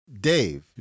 Dave